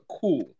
cool